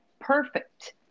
perfect